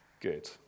good